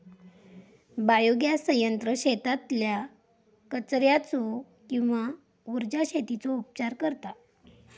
biogas संयंत्र शेतातल्या कचर्याचो किंवा उर्जा शेतीचो उपचार करता